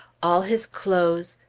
all his clothes,